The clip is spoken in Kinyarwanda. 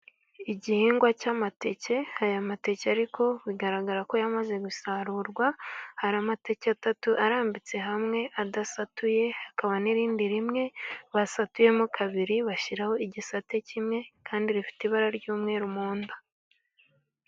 Igihingwa cy’amateke. Aya mateke ariko bigaragara ko yamaze gusarurwa. Hari amateke atatu arambitse hamwe adasatuye, hakaba n’irindi rimwe basatuyemo kabiri, bashyiraho igisate kimwe, kandi rifite ibara ry’umweru mu nda.